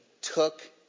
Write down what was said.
took